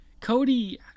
Cody